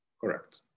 correct